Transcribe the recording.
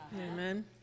Amen